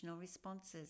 responses